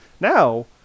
Now